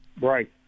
Right